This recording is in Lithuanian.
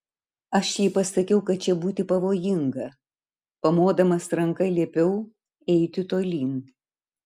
aš jai pasakiau kad čia būti pavojinga pamodamas ranka liepiau eiti tolyn